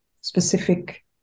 specific